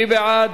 מי בעד?